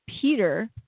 peter